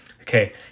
Okay